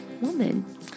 woman